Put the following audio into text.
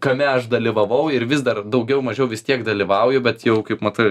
kame aš dalyvavau ir vis dar daugiau mažiau vis tiek dalyvauju bet jau kaip matai